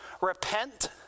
Repent